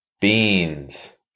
Beans